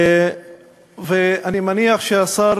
אני מניח שהשר